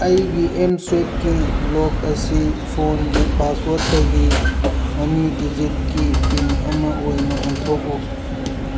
ꯑꯩꯒꯤ ꯑꯦꯝꯁ꯭ꯋꯤꯞꯀꯤ ꯂꯣꯛ ꯑꯁꯤ ꯐꯣꯟꯒꯤ ꯄꯥꯁꯋꯥꯔꯠꯇꯒꯤ ꯑꯅꯤ ꯗꯤꯖꯤꯠꯀꯤ ꯄꯤꯟ ꯑꯃ ꯑꯣꯏꯅ ꯑꯣꯟꯊꯣꯛꯎ